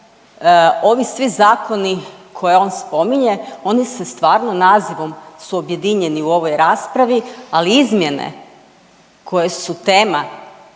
Ovi svi zakoni koje on spominje oni se, stvarno nazivom su objedinjeni u ovoj raspravi, ali izmjene koje su tema